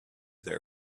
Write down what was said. their